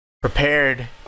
prepared